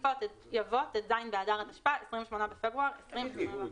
יבוא "ט"ז באדר התשפ"א (28 בפברואר 2021)"".